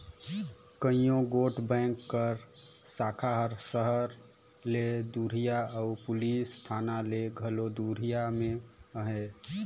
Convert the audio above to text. कइयो गोट बेंक कर साखा हर सहर ले दुरिहां अउ पुलिस थाना ले घलो दुरिहां में अहे